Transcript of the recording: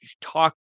talk